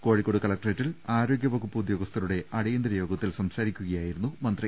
കോഴിക്കോട് കലക്ടറേറ്റിൽ ആരോഗ്യവകുപ്പ് ഉദ്യോ ഗസ്ഥരുടെ ്അടിയന്തര യോഗത്തിൽ സംസാരിക്കുകയായിരുന്നു മന്ത്രി